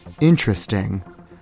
Interesting